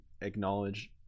acknowledge